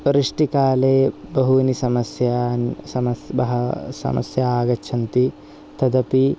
वृष्टिकाले बहूनि समस्यान् समस् बह् समस्या आगच्छन्ति तदपि